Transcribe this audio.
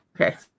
Okay